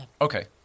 Okay